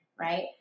right